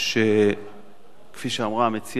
שכפי שאמרה המציעה,